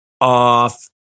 off